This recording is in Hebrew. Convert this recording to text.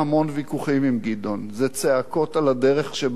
זה צעקות על הדרך שבה הוא בולדוזר.